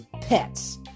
pets